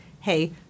hey